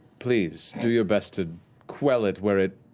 please do your best to quell it where it.